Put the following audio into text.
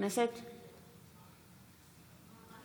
אינו